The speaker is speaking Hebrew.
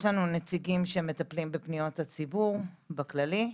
יש לנו נציגים שמטפלים בפניות הציבור בכללי.